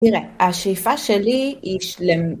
תראה, השאיפה שלי היא שלמות.